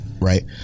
right